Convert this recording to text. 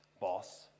Boss